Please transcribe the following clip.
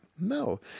No